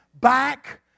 back